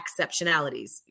exceptionalities